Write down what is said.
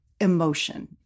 emotion